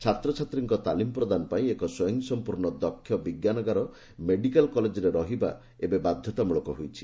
ଛାତ୍ରଛାତ୍ରୀଙ୍କ ତାଲିମ୍ ପ୍ରଦାନ ପାଇଁ ଏକ ସ୍ୱୟଂସମ୍ପର୍ଶ୍ଣ ଦକ୍ଷ ବିଜ୍ଞାନଗାର ମେଡିକାଲ୍ କଲେଜରେ ରହିବା ଏବେ ବାଧ୍ୟତାମ୍ରଳକ ହୋଇଛି